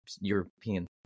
European